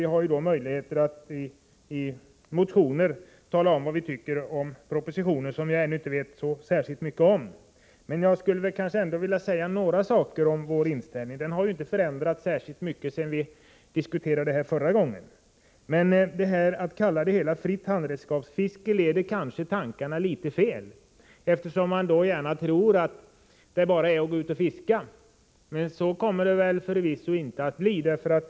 Vi har således möjlighet att i motioner tala om vad vi tycker om den proposition som vi ännu inte vet så mycket om. Jag skulle dock vilja säga något om vår inställning i detta sammanhang. Den har inte förändrats särskilt mycket, om man jämför med den diskussion vi hade förra gången detta var aktuellt. Om vi kallar det hela för fritt handredskapsfiske, kanske tankarna leds litet fel. Man kan få uppfattningen att det bara är att ge sig ut och fiska. Förvisso kommer det inte att bli så.